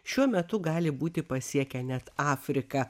šiuo metu gali būti pasiekę net afriką